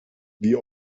wie